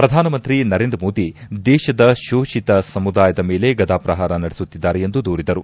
ಪ್ರಧಾನಮಂತ್ರಿ ನರೇಂದ್ರ ಮೋದಿ ದೇಶದ ಶೋಷತ ಸಮುದಾಯದ ಮೇಲೆ ಗದಾಪ್ರಹಾರ ನಡೆಸುತ್ತಿದ್ದಾರೆ ಎಂದು ದೂರಿದರು